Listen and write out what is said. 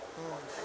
mm